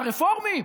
לרפורמים?